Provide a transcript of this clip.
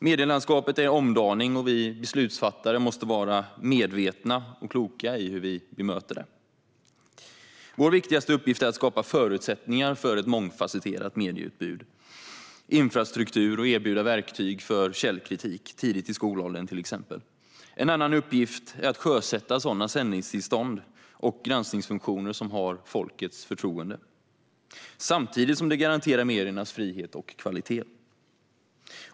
Medielandskapet är i omdaning, och vi beslutsfattare måste vara medvetna och kloka i hur vi bemöter det. Vår viktigaste uppgift är att skapa förutsättningar för ett mångfasetterat medieutbud och en infrastruktur och att erbjuda verktyg för källkritik tidigt, till exempel i skolåldern. En annan uppgift att sjösätta sådana sändningstillstånd och granskningsfunktioner som har folkets förtroende samtidigt som det garanterar mediernas frihet och kvalitet.